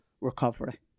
recovery